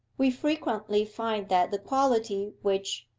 we frequently find that the quality which,